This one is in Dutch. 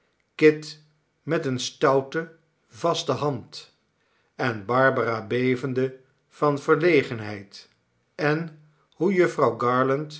kit met eene stoute vaste hand en barbara bevende van verlegenheid en hoe jufvrouw